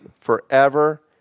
forever